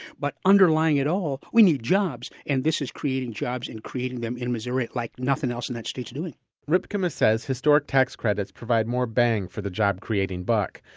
but underlying it all, we need jobs and this is creating jobs and creating them in missouri like nothing else in that state is doing rypkema says historic tax credits provide more bang for the job-creating buck.